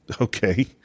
okay